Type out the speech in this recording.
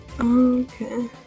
Okay